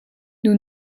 nous